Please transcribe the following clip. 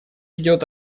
идет